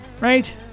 Right